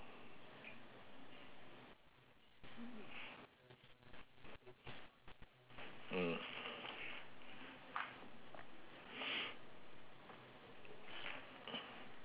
mm